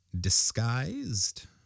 disguised